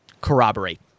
corroborate